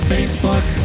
Facebook